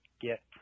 Get